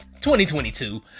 2022